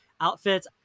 outfits